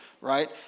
right